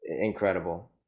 incredible